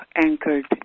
anchored